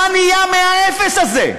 מה נהיה מהאפס הזה?